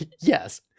Yes